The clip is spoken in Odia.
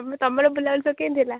ତୁମର ବୁଲାବୁଲି ସବୁ କେମିତି ହେଲା